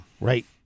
Right